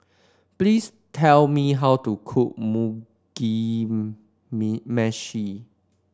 please tell me how to cook Mugi Meshi